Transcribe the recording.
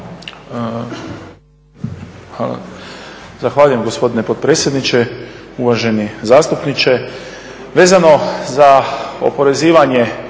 Hvala.